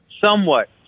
Somewhat